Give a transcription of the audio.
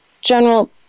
General